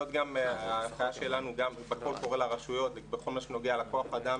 זאת גם ההנחיה שלנו בקול קורא לרשויות בכל מה שנוגע לכוח האדם